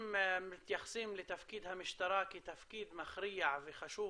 אם מתייחסים לתפקיד המשטרה כתפקיד מכריע וחשוב